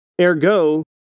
Ergo